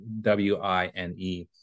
W-I-N-E